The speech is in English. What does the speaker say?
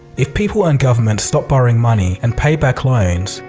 if people and governments stopped borrowing money and paper clones,